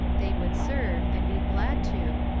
they would serve, and be glad to,